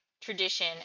tradition